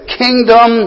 kingdom